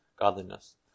godliness